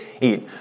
eat